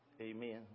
amen